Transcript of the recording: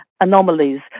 anomalies